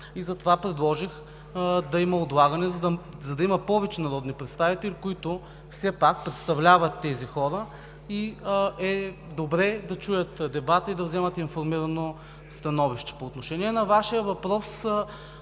и затова предложих да има отлагане, за да има повече народни представители, които все пак представляват тези хора и е добре да чуят дебата и да вземат информирано становище. По отношение на Вашия въпрос